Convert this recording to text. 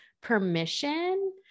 permission